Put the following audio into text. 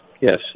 Yes